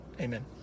Amen